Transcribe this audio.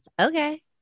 Okay